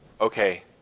Okay